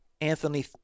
Anthony